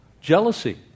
Jealousy